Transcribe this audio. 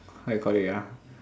how you call it ah